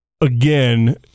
again